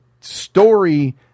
story